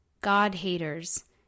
god-haters